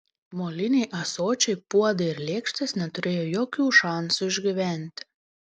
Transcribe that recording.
moliniai ąsočiai puodai ir lėkštės neturėjo jokių šansų išgyventi